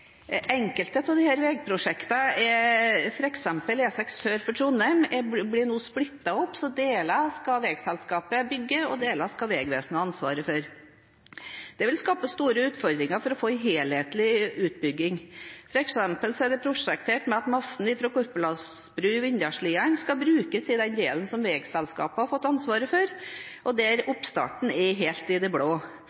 Enkelte av disse vegprosjektene, f.eks. E6 sør for Trondheim, blir nå splittet opp – deler skal vegselskapet bygge, og deler skal Vegvesenet ha ansvaret for. Det vil skape store utfordringer for å få en helhetlig utbygging. For eksempel er det prosjektert med at massen fra Korporals bru i Vindalsliene skal brukes i den delen som vegselskapet har fått ansvaret for, og der oppstarten er helt i det blå.